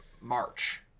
March